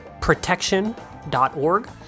Protection.org